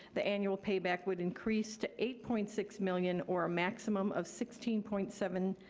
the annual payback would increase to eight point six million or a maximum of sixteen point seven,